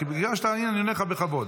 כי בגלל שאתה אומר, אני אומר לך בכבוד.